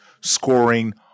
scoring